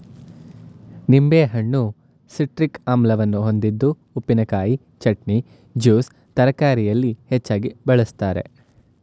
ನಿಂಬೆಹಣ್ಣು ಸಿಟ್ರಿಕ್ ಆಮ್ಲವನ್ನು ಹೊಂದಿದ್ದು ಉಪ್ಪಿನಕಾಯಿ, ಚಟ್ನಿ, ಜ್ಯೂಸ್ ತಯಾರಿಕೆಯಲ್ಲಿ ಹೆಚ್ಚಾಗಿ ಬಳ್ಸತ್ತರೆ